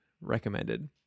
Recommended